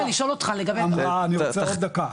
לשאול אותך לגבי --- אני צריך עוד דקה.